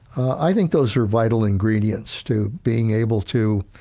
i think those are vital ingredients to being able to